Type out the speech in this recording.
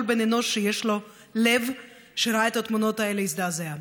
כל בן אנוש שיש לו לב וראה את התמונות האלה הזדעזע.